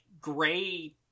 gray